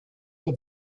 for